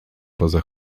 poza